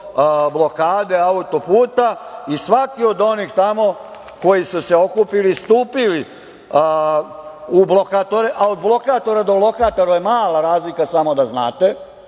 blokade auto-puta i svaki od onih tamo koji su se okupili, stupili u blokatore, a od blokatora do lokatora je mala razlika samo da znate. Vrlo